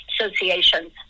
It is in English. associations